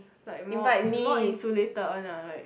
like more in~ more insulated one ah like